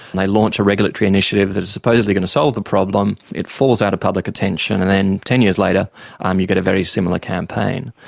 and they launch a regulatory initiative that is supposedly going to solve the problem, it falls out of public attention, and then ten years later um you get a very similar campaign.